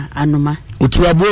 anuma